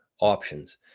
options